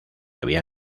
había